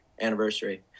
anniversary